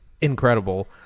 incredible